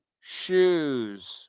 shoes